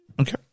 okay